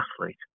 athlete